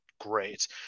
great